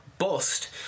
bust